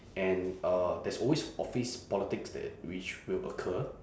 and uh there's always office politics that which will occur